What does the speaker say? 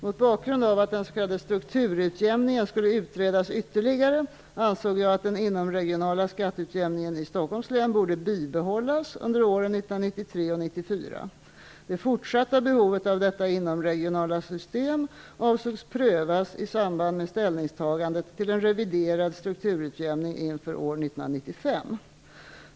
Mot bakgrund av att den s.k. strukturutjämningen skulle utredas ytterligare ansåg jag att den inomregionala skatteutjämningen i Stockholms län borde bibehållas under åren 1993 och 1994. Det fortsatta behovet av detta inomregionala system avsågs prövas i samband med ställningstagandet till en reviderad strukturutjämning inför år 1995.